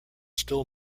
still